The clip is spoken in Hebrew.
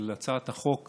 הצעת החוק